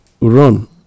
Run